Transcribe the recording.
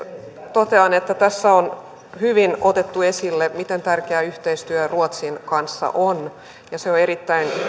totean että tässä on hyvin otettu esille miten tärkeää yhteistyö ruotsin kanssa on ja se on erittäin